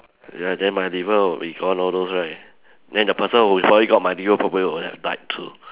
ya then my liver would be gone all those right then the person who probably got my liver probably would have died too